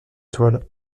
toile